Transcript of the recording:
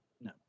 No